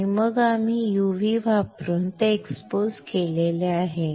आणि मग आम्ही UV वापरून ते एक्सपोज केले आहे